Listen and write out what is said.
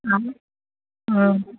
आबू हँ